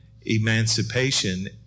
emancipation